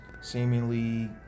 seemingly